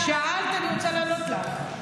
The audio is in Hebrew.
שאלת, אני רוצה לענות לך.